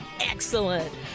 excellent